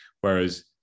Whereas